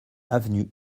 avenue